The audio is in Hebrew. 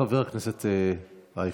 חבר הכנסת ישראל אייכלר,